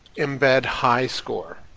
embed highscore.